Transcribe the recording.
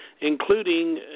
including